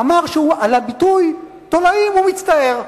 אמר שעל הביטוי תולעים הוא מצטער.